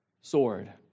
sword